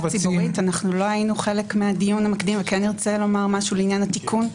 לא היינו חלק מהדיון המקדים ונרצה לומר משהו לעניין התיקון.